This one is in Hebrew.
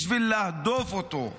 בשביל להדוף אותו,